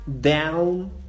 down